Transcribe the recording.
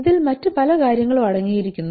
ഇതിൽ മറ്റ് പല കാര്യങ്ങളും അടങ്ങിയിരിക്കുന്നു